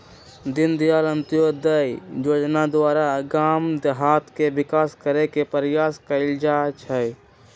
दीनदयाल अंत्योदय जोजना द्वारा गाम देहात के विकास करे के प्रयास कएल जाइ छइ